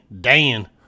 Dan